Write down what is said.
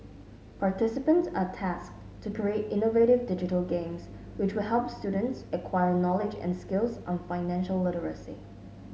participants are tasked to create innovative digital games which will help students acquire knowledge and skills on financial literacy